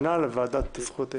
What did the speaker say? שנה זה נוגע לוועדה לזכויות הילד.